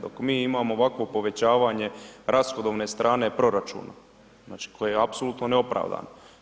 Dok mi imamo ovakvo povećavanje rashodovne strane proračuna, znači koje je apsolutno neopravdano.